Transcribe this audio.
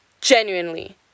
Genuinely